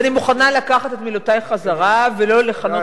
אז אני מוכנה לקחת את מילותי חזרה ולא לכנות